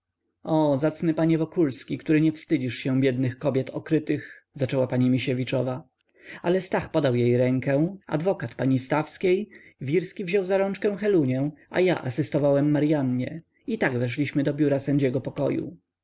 o zacny panie wokulski który nie wstydzisz się biednych kobiet okrytych zaczęła pani misiewiczowa ale stach podał jej rękę adwokat pani stawskiej wirski wziął za rączkę helunię a ja asystowałem maryannie i tak weszliśmy do biura sędziego pokoju